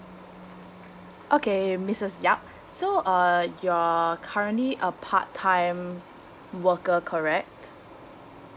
okay missus yap so uh you're currently a part time worker correct